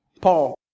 Paul